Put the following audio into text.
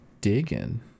digging